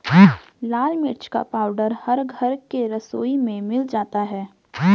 लाल मिर्च का पाउडर हर घर के रसोई में मिल जाता है